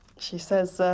she says,